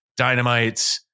dynamites